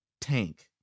Tank